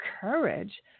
courage